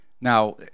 Now